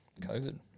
COVID